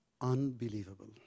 Unbelievable